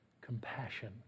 compassion